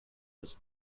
was